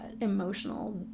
emotional